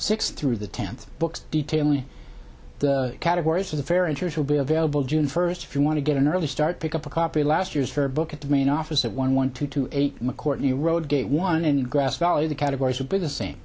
six through the tenth books detailing the categories of the fair interest will be available june first if you want to get an early start pick up a copy last year's fair book at the main office at one one two two eight mccourt new road gate one in grass valley the category should be the same